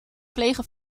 plegen